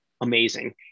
amazing